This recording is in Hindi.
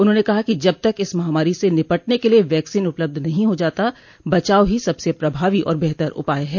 उन्होंने कहा कि जब तक इस महामारी से निपटने के लिये वैक्सीन उपलब्ध नहीं हो जाता बचाव ही सबसे प्रभावी और बेहतर उपाय है